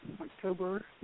October